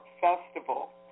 festival